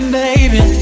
baby